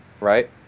right